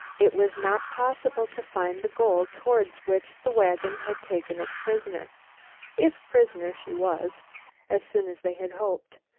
it was not possible to find the goal towards which the wagon had taken its prisoner if prisoner she was as soon as they had hoped.